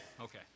Okay